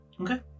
Okay